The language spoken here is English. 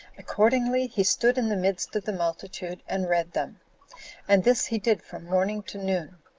accordingly, he stood in the midst of the multitude and read them and this he did from morning to noon.